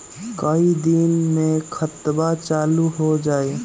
कई दिन मे खतबा चालु हो जाई?